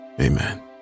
Amen